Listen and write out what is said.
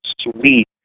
sweet